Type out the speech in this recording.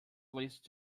released